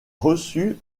reçu